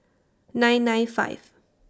nine nine five